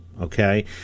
okay